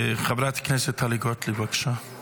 חברת הכנסת טלי גוטליב, בבקשה.